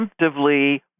preemptively